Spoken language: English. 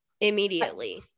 Immediately